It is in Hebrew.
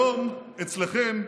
היום, אצלכם,